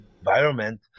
environment